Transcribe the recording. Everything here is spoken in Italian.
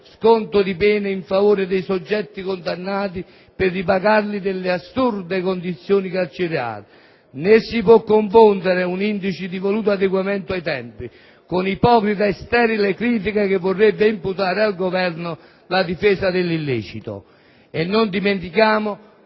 sconto di pena in favore dei soggetti condannati per ripagarli delle assurde condizioni carcerarie; né si può confondere un indice di voluto adeguamento ai tempi con l'ipocrita e sterile critica che vorrebbe imputare al Governo la difesa dell'illecito. Non dimentichiamo